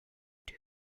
too